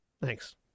Thanks